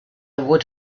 would